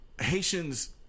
Haitians